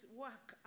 work